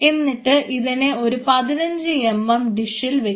എന്നിട്ട് ഇതിനെ ഒരു 15mm ഡിഷിൽ വെക്കുക